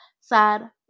sad